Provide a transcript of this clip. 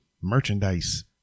merchandise